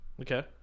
Okay